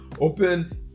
open